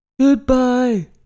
Goodbye